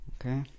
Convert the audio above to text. okay